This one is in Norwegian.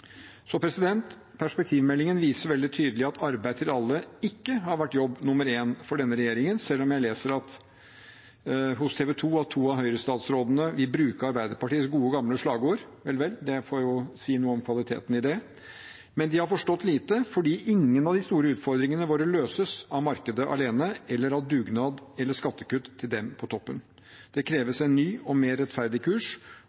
Perspektivmeldingen viser veldig tydelig at arbeid til alle ikke har vært jobb nummer én for denne regjeringen, selv om jeg leser hos TV2 at to av Høyre-statsrådene bruker Arbeiderpartiets gode gamle slagord – vel, det får si noe om kvaliteten i det. Men de har forstått lite, fordi ingen av de store utfordringene våre løses av markedet alene eller av dugnad eller skattekutt til dem på toppen. Det kreves en ny og mer rettferdig kurs,